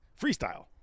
Freestyle